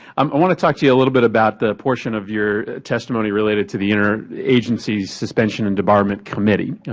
um i want to talk to you a little bit about the portion of your testimony related to the interagency suspension and debarment committee.